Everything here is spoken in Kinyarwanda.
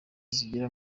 zigira